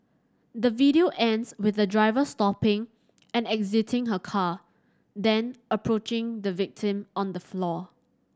the video ends with the driver stopping and exiting her car then approaching the victim on the floor